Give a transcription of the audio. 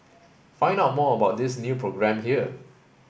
find out more about this new programme here